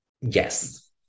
yes